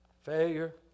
failure